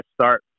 start